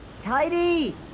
Tidy